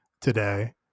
today